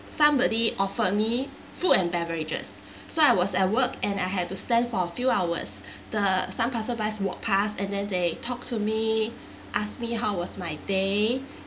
somebody offered me food and beverages so I was at work and I had to stand for a few hours the some passerby walk pass and then they talk to me asked me how was my day